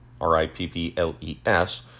R-I-P-P-L-E-S